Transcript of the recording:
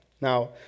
Now